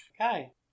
Okay